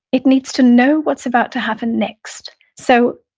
it needs to know what's about to happen next. so,